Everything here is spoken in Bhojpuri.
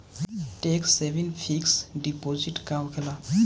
टेक्स सेविंग फिक्स डिपाँजिट का होखे ला?